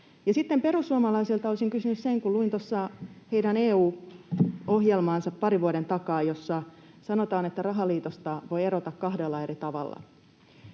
perussuomalaisilta olisin kysynyt siitä, kun luin tuossa heidän EU-ohjelmaansa parin vuoden takaa, jossa sanotaan, että rahaliitosta voi erota kahdella eri tavalla: